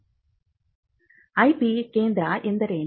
IP ಕೇಂದ್ರ ಎಂದರೇನು